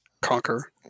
conquer